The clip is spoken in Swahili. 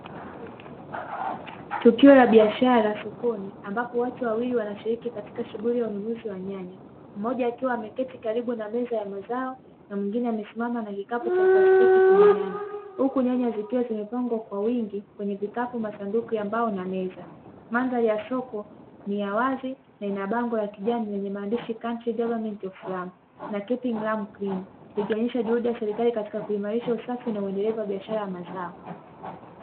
Tukio la kibiashara sokoni, ambapo watu wawili wanashiriki katika shughuli ya ununuzi wa nyanya, mmoja akiwa ameketi karibu na meza ya mazao na mwingine amesimama na kikapu cha plastiki chenye nyanya, huku zikiwa zimepangwa kwa wingi kwenye vikapu, masanduku ya mbao na meza. Mandhari ya soko ni ya wazi na ina bango la kijani lenye maandishi "country government of ram na keeping ram clean", ikionyesha juhudi ya serikali katika kuimarisha usafi na uendelevu wa bidhaa za mazao.